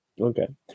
Okay